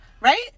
right